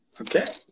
okay